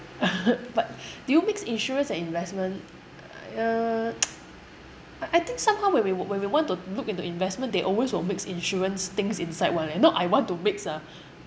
but do you mix insurance and investment uh I think somehow when we when we want to look into investment they always will mix insurance things inside [one] eh not I want to mix ah